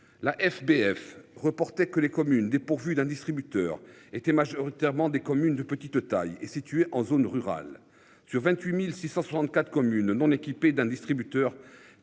La FBF reportait que les communes dépourvues d'un distributeur étaient majoritairement des communes de petite taille est situé en zone rurale. Sur 28.664 communes non équipé d'un distributeur